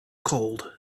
cold